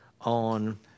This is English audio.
on